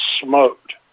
smoked